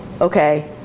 okay